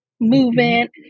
movement